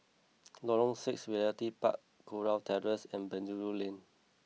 Lorong Six Realty Park Kurau Terrace and Penjuru Lane